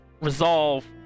resolve